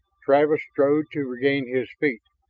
travis strove to regain his feet,